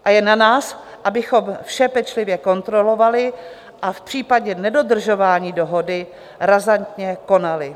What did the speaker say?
A je na nás, abychom vše pečlivě kontrolovali a v případě nedodržování dohody razantně konali.